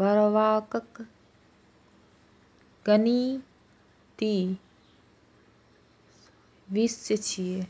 करबाक गणितीय विषय छियै